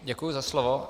Děkuju za slovo.